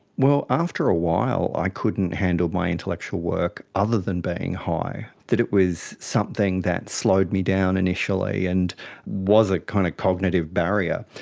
well, after a while i couldn't handle my intellectual work other than being high. it was something that slowed me down initially and was a kind of cognitive barrier.